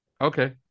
Okay